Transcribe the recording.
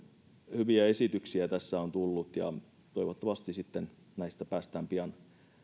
hyviä esityksiä tässä on tullut ja toivottavasti näistä päästään pian